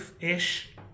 ish